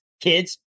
kids